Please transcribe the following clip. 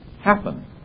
happen